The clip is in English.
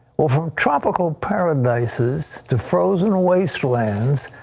from tropical paradises to frozen wastelands,